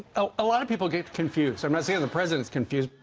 ah a lot of people get confused. i'm not saying the president is confused.